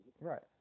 Right